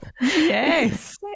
Yes